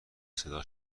صدا